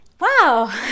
Wow